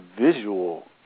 visual